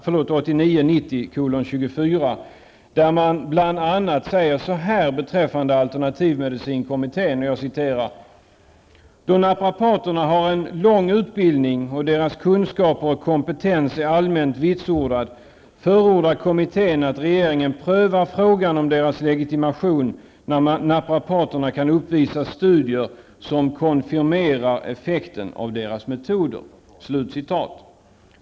Där skrev man bl.a. så här beträffande alternativmedicinkommittén: ''Då naprapaterna har en lång utbildning och deras kunskaper och kompetens är allmänt vitsordad förordar kommittén att regeringen prövar frågan om deras legitimation när naprapaterna kan uppvisa studier som konfirmerar effekten av deras metoder.''